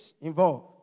involved